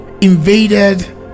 invaded